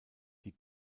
die